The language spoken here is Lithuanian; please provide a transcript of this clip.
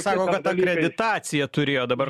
sako kad akreditaciją turėjo dabar